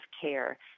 care